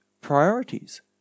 priorities